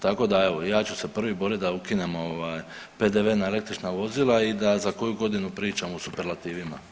Tako da evo ja ću se prvi boriti da ukinemo PDV-e na električna vozila i da za koju godinu pričamo u superlativima.